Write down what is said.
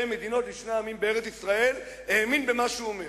מדינות לשני עמים בארץ-ישראל האמין במה שהוא אומר.